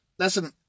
Listen